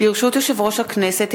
ברשות יושב-ראש הכנסת,